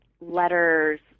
letters